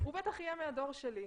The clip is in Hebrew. הוא בטח יהיה מהדור שלי,